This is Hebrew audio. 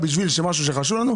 בשביל ילד בחינוך החרדי,